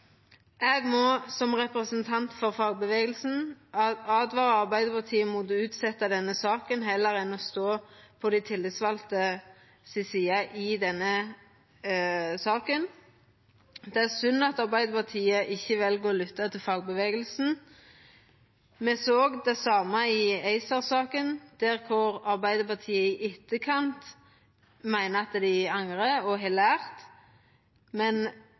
Eg må, som representant for fagbevegelsen, åtvara Arbeidarpartiet mot å utsetja denne saka heller enn å stå på dei tillitsvalde si side i denne saka. Det er synd at Arbeidarpartiet ikkje vel å lytta til fagbevegelsen. Me såg det same i ACER-saka, kor Arbeidarpartiet i ettertid meiner at dei angrar og har lært, men